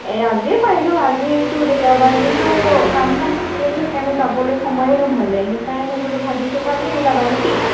এই আজিয়ে পাৰিলোঁ হয় আজিটো দেওবাৰ কিন্তু কাম চাম থাকিলে যে সেইকাৰণে যাবলে সময়ে নহ'লে সেইকাৰণে বোলো ভাবিছোঁ কালিয়ে ওলাবা নে কি